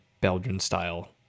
Belgian-style